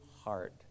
heart